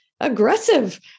aggressive